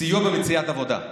סיוע במציאת עבודה.